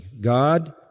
God